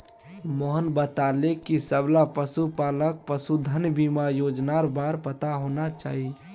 मोहन बताले कि सबला पशुपालकक पशुधन बीमा योजनार बार पता होना चाहिए